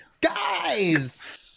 Guys